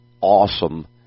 awesome